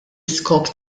iskop